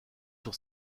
sur